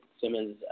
Simmons